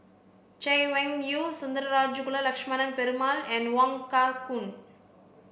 Chay Weng Yew Sundarajulu Lakshmana Perumal and Wong Kah Chun